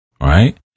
Right